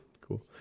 cool